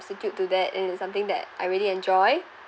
substitute to that and it's something that I really enjoy